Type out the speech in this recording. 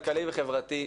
כלכלי וחברתי.